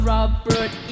Robert